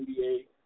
NBA